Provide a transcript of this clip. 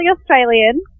Australian